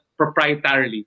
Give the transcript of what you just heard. proprietarily